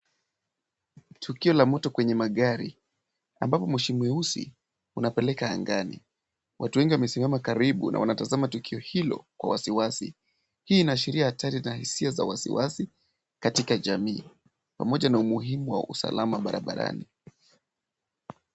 Tukio la moto kwenye magari ambapo moshi mweusi unapeleka angani. Watu wengi wamesimama karibu na wanatazama tukio hilo kwa wasiwasi. Hii inaashiria hatari na hisia za wasiwasi katika jamii pamoja na umuhimu wa usalama barabarani.